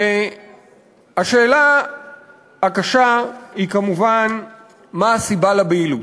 והשאלה הקשה היא כמובן מה הסיבה לבהילות.